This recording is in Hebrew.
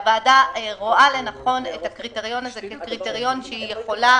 הוועדה רואה לנכון לבחון את הקריטריון הזה כקריטריון שהיא יכולה